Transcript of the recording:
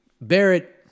barrett